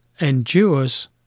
endures